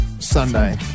Sunday